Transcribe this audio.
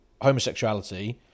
homosexuality